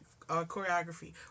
choreography